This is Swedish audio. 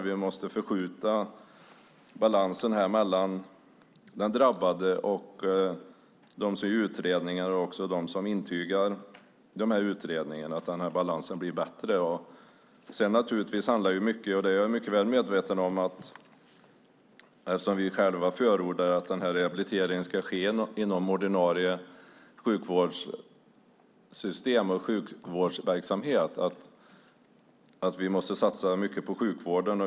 Vi måste förskjuta balansen mellan de drabbade och dem som intygar i utredningarna. Balansen måste bli bättre. Naturligtvis handlar det - och det är jag mycket väl medveten om eftersom vi själva förordar att rehabilitering ska ske inom ordinarie sjukvårdsystem och sjukvårdsverksamhet - om att satsa på sjukvården.